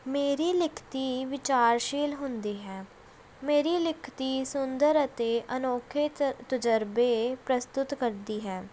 ਮੇਰੀ ਲਿਖਤੀ ਵਿਚਾਰਸ਼ੀਲ ਹੁੰਦੀ ਹੈ ਮੇਰੀ ਲਿਖਤੀ ਸੁੰਦਰ ਅਤੇ ਅਨੋਖੇ ਤ ਤਜ਼ਰਬੇ ਪ੍ਰਸਤੁਤ ਕਰਦੀ ਹੈ